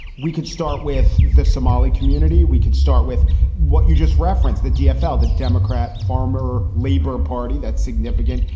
we could start with the somali community. we could start with what you just referenced, the dfl, the democrat farmer labor party. that's significant.